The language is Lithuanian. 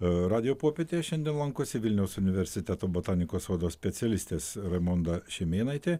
radijo popietė šiandien lankosi vilniaus universiteto botanikos sodo specialistės raimonda šimėnaitė